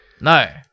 No